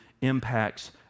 impacts